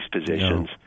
positions